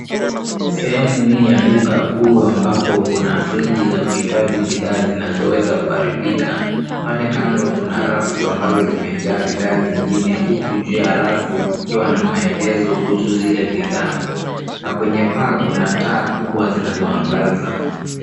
Sehemu hii ya duka kubwa ambapo kuna friji za kuhifadhi bidhaa zinazoweza kuharibika. Pale kando kuna rafu ambazo zimejaa bidhaa zingine huku juu ya rafu kukiwa na maelezo kuhusu zile bidhaa na kwenye paa kuna taa kubwa zinazoangaza.